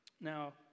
Now